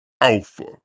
Alpha